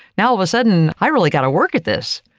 now, all of a sudden, i really got to work at this.